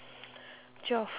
twelve